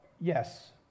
yes